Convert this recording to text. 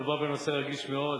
מדובר בנושא רגיש מאוד,